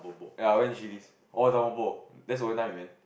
ya I went Chillis or Tampopo that's the only time we went